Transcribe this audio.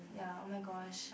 ya oh my gosh